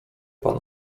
pan